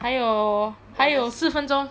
还有还有四分钟